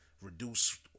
reduce